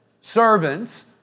servants